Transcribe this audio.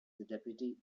deputy